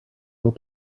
will